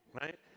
right